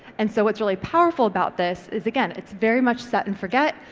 and so what's really powerful about this is again, it's very much set and forget.